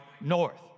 north